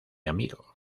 amigo